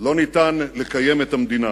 לא ניתן לקיים את המדינה.